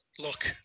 Look